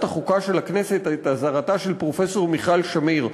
החוקה של הכנסת את אזהרתה של פרופסור מיכל שמיר,